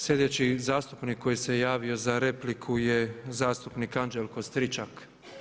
Slijedeći zastupnik koji se javio za repliku je zastupnik Anđelko Stričak.